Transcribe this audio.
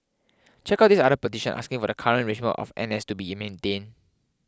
check out this other petition asking for the current arrangement of N S to be maintained